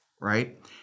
right